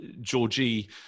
Georgie